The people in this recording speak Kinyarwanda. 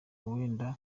wenda